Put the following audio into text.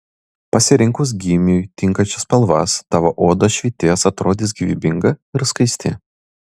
pasirinkus gymiui tinkančias spalvas tavo oda švytės atrodys gyvybinga ir skaisti